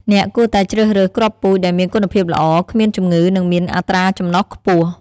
អ្នកគួរតែជ្រើសរើសគ្រាប់ពូជដែលមានគុណភាពល្អ គ្មានជំងឺ និងមានអត្រាចំណុះខ្ពស់។